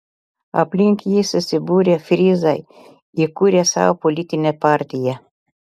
aplink jį susibūrę fryzai įkūrė savo politinę partiją